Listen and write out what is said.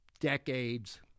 decades